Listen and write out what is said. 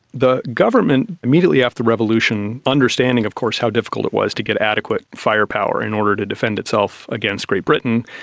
the government immediately after the revolution, understanding of course how difficult it was to get adequate fire power in order to defend itself against great britain,